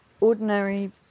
ordinary